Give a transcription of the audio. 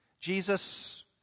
Jesus